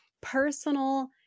personal